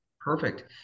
perfect